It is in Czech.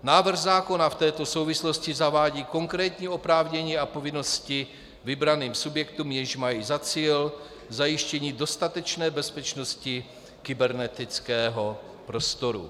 Návrh zákona v této souvislosti zavádí konkrétní oprávnění a povinnosti vybraným subjektům, jež mají za cíl zajištění dostatečné bezpečnosti kybernetického prostoru.